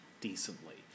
decently